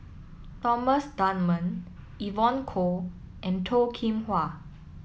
Thomas Dunman Evon Kow and Toh Kim Hwa